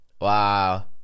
Wow